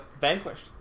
Vanquished